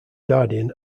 guardian